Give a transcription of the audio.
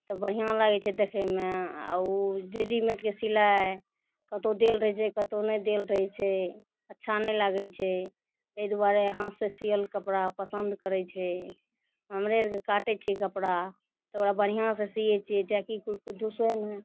तऽ बढ़िआँ लागै छै देखैमे आओर ओ रेडिमेडके सिलाइ कतहु देल रहै छै कतहु नहि देल रहै छै अच्छा नहि लागै छै एहि दुआरे हाथसे सिअल कपड़ा पसन्द करै छै हमरे आओरके काटै छिए कपड़ा तऽ ओकरा बढ़िआँसे सिए छिए जेकि कोइ दुसै नहि